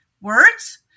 Words